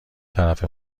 طرف